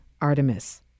Artemis